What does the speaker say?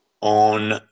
on